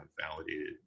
validated